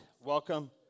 Welcome